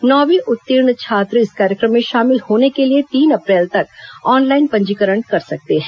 नौवीं उत्तीर्ण छात्र इस कार्यक्रम में शामिल होने के लिए तीन अप्रैल तक ऑनलाइन पंजीकरण कर सकते हैं